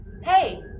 Hey